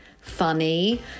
funny